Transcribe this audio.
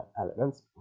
elements